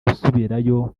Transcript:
gusubirayo